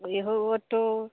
बोलिए हो वह तो